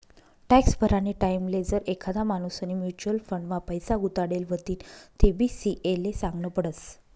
tax भरानी टाईमले जर एखादा माणूसनी म्युच्युअल फंड मा पैसा गुताडेल व्हतीन तेबी सी.ए ले सागनं पडस